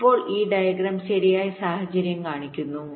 ഇപ്പോൾ ഈ ഡയഗ്രം ശരിയായ സാഹചര്യം കാണിക്കുന്നു